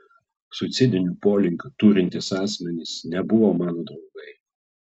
suicidinių polinkių turintys asmenys nebuvo mano draugai